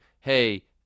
hey